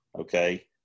Okay